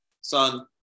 son